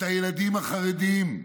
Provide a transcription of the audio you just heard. את הילדים החרדים,